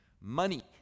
Money